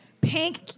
pink